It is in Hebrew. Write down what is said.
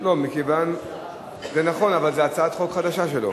זה נכון, אבל זו הצעת חוק חדשה שלו.